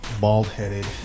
bald-headed